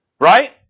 Right